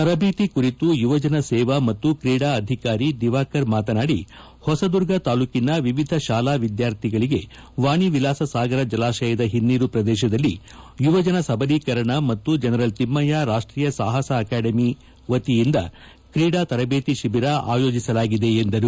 ತರಬೇತಿ ಕುರಿತು ಯುವಜನ ಸೇವಾ ಮತ್ತು ಕ್ರೀಡಾ ಅಧಿಕಾರಿ ದಿವಾಕರ್ ಮಾತನಾಡಿ ಹೊಸದುರ್ಗ ತಾಲೂಕಿನ ವಿವಿಧ ಶಾಲಾ ವಿದ್ಯಾರ್ಥಿಗಳಿಗೆ ವಾಣಿವಿಲಾಸ ಸಾಗರ ಜಲಾಶಯದ ಪಿನ್ನೀರು ಪ್ರದೇಶದಲ್ಲಿ ಯುವಜನ ಸಬಲೀಕರಣ ಮತ್ತು ಜನರಲ್ ತಿಮ್ನ ಯ್ಯ ರಾಷ್ವೀಯ ಸಾಪಸ ಅಕಾಡೆಮಿ ವತಿಯಿಂದ ಕ್ರೀಡಾ ತರಬೇತಿ ಶಿಬಿರ ಆಯೋಜಿಸಲಾಗಿದೆ ಎಂದರು